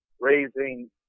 raising